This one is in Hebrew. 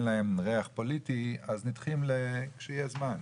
להם ריח פוליטי אז נדחים לכשיהיה זמן.